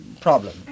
problem